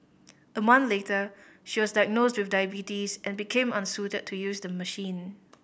a month later she was diagnosed with diabetes and became unsuited to use the machine